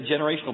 generational